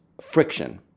friction